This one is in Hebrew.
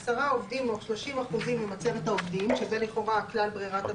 10 עובדים או 30 אחוזים ממצבת העובדים -- שזה לכאורה כלל ברירת המחדל.